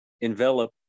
envelop